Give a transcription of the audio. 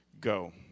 Go